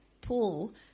pool